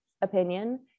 opinion